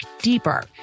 deeper